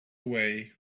way